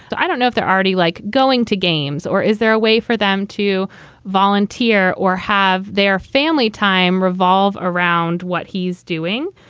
i don't know if they're already like going to games or is there a way for them to volunteer or have their family time revolve around what he's doing?